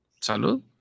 Salud